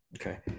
Okay